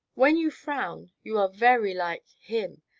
when you frown, you are very like him,